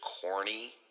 corny